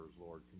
Lord